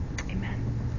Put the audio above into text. Amen